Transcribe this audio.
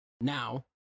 Now